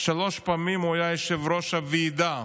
הוא היה יושב-ראש הוועידה,